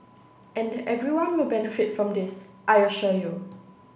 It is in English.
and everyone will benefit from this I assure you